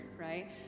right